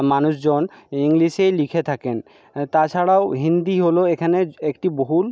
মানুষজন ইংলিশেই লিখে থাকেন তাছাড়াও হিন্দি হলো এখানের একটি বহুল